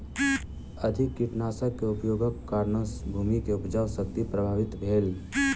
अधिक कीटनाशक के उपयोगक कारणेँ भूमि के उपजाऊ शक्ति प्रभावित भेल